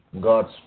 God's